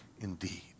indeed